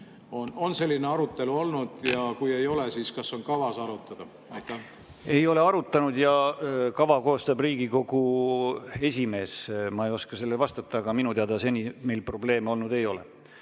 On selline arutelu olnud? Ja kui ei ole, siis kas on kavas seda arutada? Ei ole arutanud. Ja kava koostab Riigikogu esimees. Ma ei oska sellele vastata. Aga minu teada seni meil selliseid probleeme ei ole